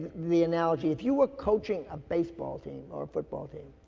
the analogy if you were coaching a baseball team or a football team,